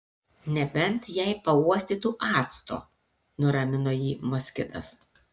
nebent jei pauostytų acto nuramino jį moskitas